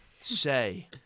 say